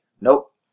Nope